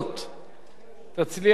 תצליח לשכנע את הממשלה.